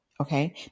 Okay